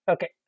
Okay